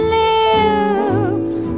lips